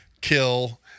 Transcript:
kill